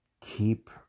Keep